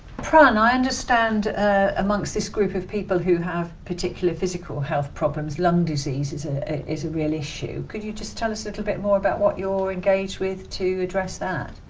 prun, i understand amongst this group of people who have particular physical health problems, lung disease is ah a is a real issue. could you just tell us a little bit more about what you're engaged with to address that?